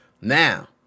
Now